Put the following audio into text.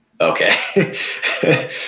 okay